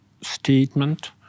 statement